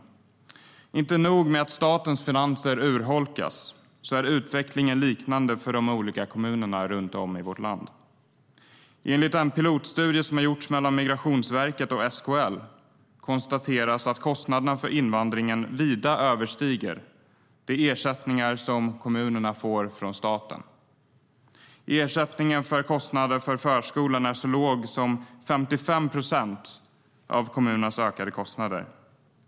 Det är inte nog med att statens finanser urholkas; utvecklingen är liknande för kommunerna runt om i vårt land.I en pilotstudie som Migrationsverket och SKL har gjort konstateras det att kostnaderna för invandringen vida överstiger de ersättningar som kommunerna får från staten. Ersättningen för kostnader för förskolan är så låg som 55 procent av kommunernas ökade kostnader.